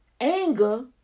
anger